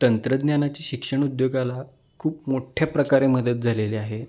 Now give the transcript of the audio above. तंत्रज्ञानाची शिक्षण उद्योगाला खूप मोठ्ठ्या प्रकारे मदत झालेले आहे